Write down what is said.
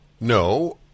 No